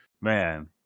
man